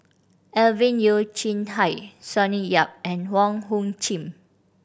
Alvin Yeo Khirn Hai Sonny Yap and Wong Hung Khim